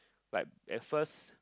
like at first